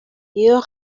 iyo